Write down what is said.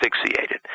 asphyxiated